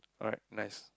alright nice